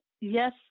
Yes